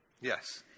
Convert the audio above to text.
Yes